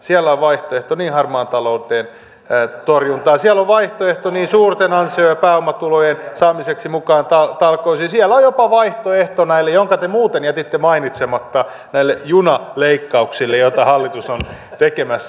siellä on vaihtoehto harmaan talouden torjuntaan siellä on vaihtoehto suurten ansio ja pääomatulojen saamiseksi mukaan talkoisiin siellä on jopa vaihtoehto jonka te muuten jätitte mainitsematta näille junaleikkauksille joita hallitus on tekemässä